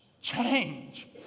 change